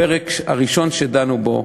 הפרק הראשון שדנו בו,